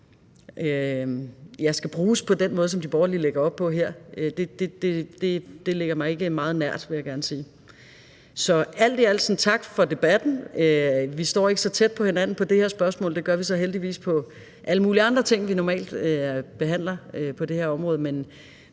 til at bruges på den måde, som de borgerlige lægger op til her, ligger mig ikke meget nært, vil jeg gerne sige. Kl. 17:41 Så alt i alt: Tak for debatten. Vi står ikke så tæt på hinanden på det her spørgsmål; det gør vi så heldigvis på alle mulige andre ting, vi normalt behandler på det her område,